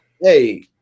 Hey